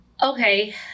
Okay